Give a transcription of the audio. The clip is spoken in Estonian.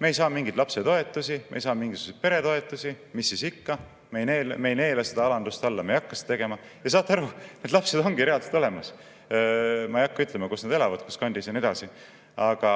nad ei saa mingeid lapsetoetusi, ei saa mingisuguseid peretoetusi. Mis siis ikka. Nad ei neela seda alandust alla, nad ei hakka seda tegema. Ja saate aru, need lapsed ongi reaalselt olemas. Ma ei hakka ütlema, kus nad elavad, kus kandis ja nii edasi, aga